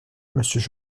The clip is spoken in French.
mmonsieur